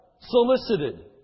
solicited